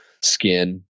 skin